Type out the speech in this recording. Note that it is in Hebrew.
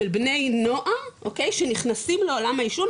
של בני נוער שנכנסים לעולם העישון,